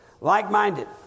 Like-minded